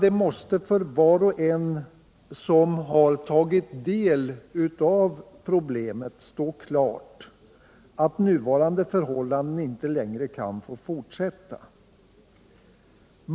Det måste för var och en som har tagit del av problemet stå klart att nuvarande förhållanden inte längre kan få fortsätta att råda.